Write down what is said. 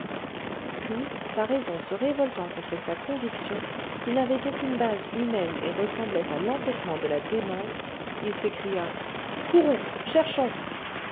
puis sa raison se révoltant contre sa conviction qui n'avait aucune base humaine et ressemblait à l'entêtement de la démence il s'écria courons cherchons